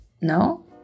no